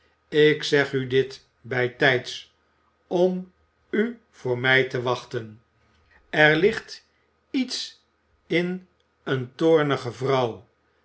ik zeg u dit bijtijds om u voor mij te wachten er ligt iets in eene